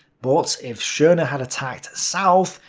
but if schorner had attacked south,